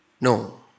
No